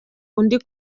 undi